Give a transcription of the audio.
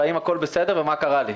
האם הכול בסדר ומה קרה לי.